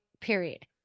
period